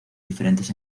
diferentes